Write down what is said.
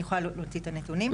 אני יכולה להוציא את הנתונים,